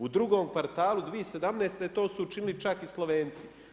U drugom kvartalu 2017. to su učinili čak i Slovenci.